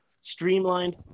streamlined